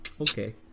okay